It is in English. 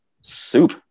soup